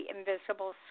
*Invisible